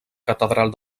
catedral